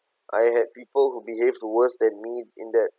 I had people who behaved worse than me in that